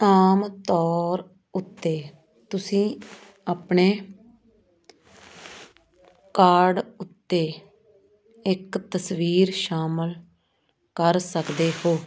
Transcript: ਆਮ ਤੌਰ ਉੱਤੇ ਤੁਸੀਂ ਆਪਣੇ ਕਾਰਡ ਉੱਤੇ ਇੱਕ ਤਸਵੀਰ ਸ਼ਾਮਲ ਕਰ ਸਕਦੇ ਹੋ